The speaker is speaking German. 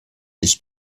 ist